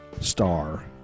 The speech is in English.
star